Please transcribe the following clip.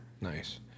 nice